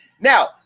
now